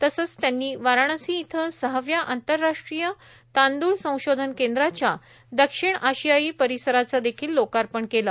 तसंच त्यांनी वाराणसी इथं सहाव्या आंतरराष्ट्रीय तांदळ संशोधन केंद्राच्या दक्षिण आशियायी परिसराचं देखील लोकार्पण केलं